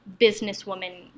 businesswoman